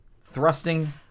thrusting